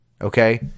okay